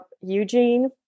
eugene